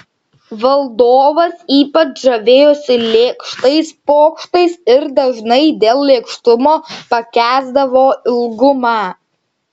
valdovas ypač žavėjosi lėkštais pokštais ir dažnai dėl lėkštumo pakęsdavo ilgumą